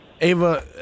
Ava